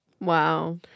Wow